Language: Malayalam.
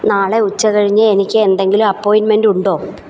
നാളെ ഉച്ച കഴിഞ്ഞ് എനിക്ക് എന്തെങ്കിലും അപ്പോയിൻറ്മെൻ്റ് ഉണ്ടോ